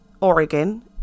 Oregon